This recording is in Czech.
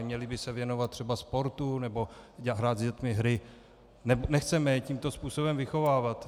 Měli by se věnovat třeba sportu nebo hrát s dětmi hry, nechceme je tímto způsobem vychovávat.